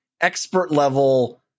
expert-level